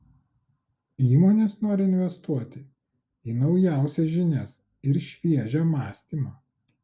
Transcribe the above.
įmonės nori investuoti į naujausias žinias ir šviežią mąstymą